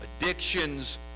addictions